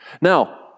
Now